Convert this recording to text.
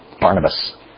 Barnabas